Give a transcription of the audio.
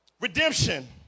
Redemption